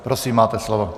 Prosím máte slovo.